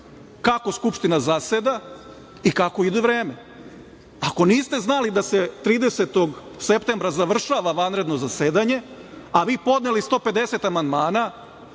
kako Skupština zaseda i kako ide vreme. Ako niste znali da se 30. septembra završava vanredno zasedanje, a vi podneli 150 amandmana,